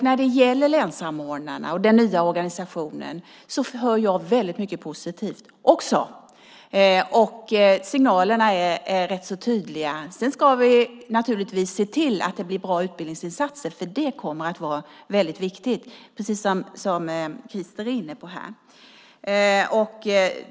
När det gäller länssamordnarna och den nya organisationen hör jag väldigt mycket positivt. Signalerna är rätt så tydliga. Sedan ska vi naturligtvis se till att det blir bra utbildningsinsatser, för det kommer att vara väldigt viktigt, precis om Christer Engelhardt var inne på.